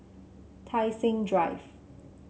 Tai Seng Drive